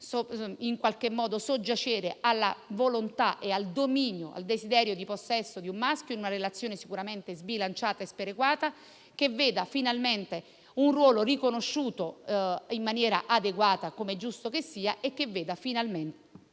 più la donna soggiacere alla volontà e al dominio, al desiderio di possesso di un maschio, in una relazione sicuramente sbilanciata e sperequata, ma che veda finalmente un ruolo riconosciuto in maniera adeguata, come è giusto che sia. Tutti quanti